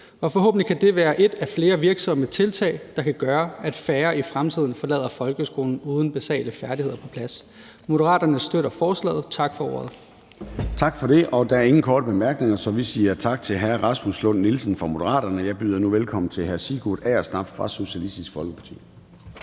Og forhåbentlig kan det være et af flere virksomme tiltag, der kan gøre, at færre i fremtiden forlader folkeskolen uden at have basale færdigheder på plads. Moderaterne støtter forslaget. Tak for ordet. Kl. 14:16 Formanden (Søren Gade): Tak for det. Der er ingen korte bemærkninger, så vi siger tak til hr. Rasmus Lund-Nielsen fra Moderaterne. Og jeg byder nu velkommen til hr. Sigurd Agersnap fra Socialistisk Folkeparti.